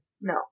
No